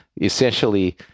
essentially